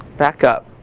back up.